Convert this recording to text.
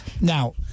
Now